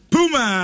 Puma